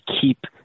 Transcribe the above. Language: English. keep